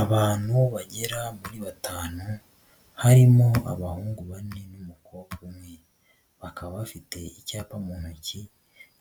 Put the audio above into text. Abantu bagera kuri batanu, harimo abahungu bane n'umukobwa umwe. Bakaba bafite icyapa mu ntoki.